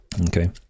Okay